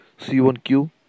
C1Q